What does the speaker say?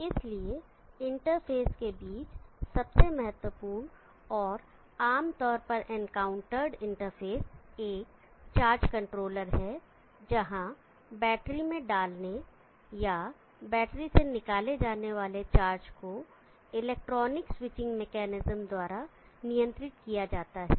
इसलिए इंटरफेस के बीच सबसे महत्वपूर्ण और आम तौर पर इनकाउंटर्ड इंटरफ़ेस एक चार्ज कंट्रोलर है जहां बैटरी में डालने या बैटरी से निकाले जाने वाले चार्ज को इलेक्ट्रॉनिक स्विचिंग मेकैनिज्म द्वारा नियंत्रित किया जाता है